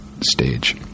stage